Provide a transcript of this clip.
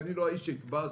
אני לא האיש שיקבע זאת.